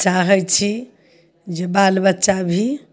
चाहय छी जे बालबच्चा भी